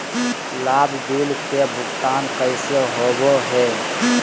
लाभ बिल के भुगतान कैसे होबो हैं?